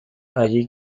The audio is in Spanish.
allí